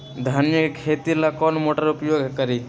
धनिया के खेती ला कौन मोटर उपयोग करी?